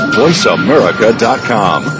voiceamerica.com